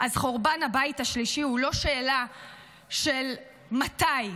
אז חורבן הבית השלישי הוא לא שאלה של מתי,